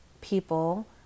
people